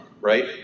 right